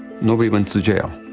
nobody went to jail,